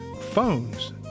phones